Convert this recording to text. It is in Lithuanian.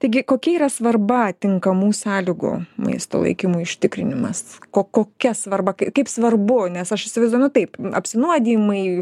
taigi kokia yra svarba tinkamų sąlygų maisto laikymui užtikrinimas ko ko kokia svarba kaip svarbu nes aš įsivaidzuoju na taip apsinuodijimai